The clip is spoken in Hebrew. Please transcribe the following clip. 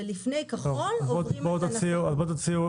ולפני הכחול עוברים את הנסחות.